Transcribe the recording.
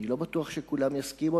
אני לא בטוח שכולם יסכימו,